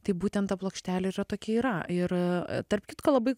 tai būtent ta plokštelė tokia yra ir tarp kitko labai